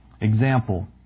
Example